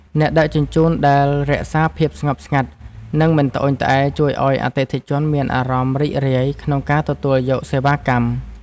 អ្នកដឹកជញ្ជូនដែលរក្សាភាពស្ងប់ស្ងាត់ និងមិនត្អូញត្អែរជួយឱ្យអតិថិជនមានអារម្មណ៍រីករាយក្នុងការទទួលយកសេវាកម្ម។